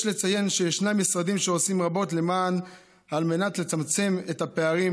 יש לציין שישנם משרדים שעושים רבות על מנת לצמצם את הפערים,